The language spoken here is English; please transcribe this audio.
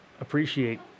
appreciate